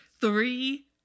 three